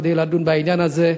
כדי לדון בעניין הזה.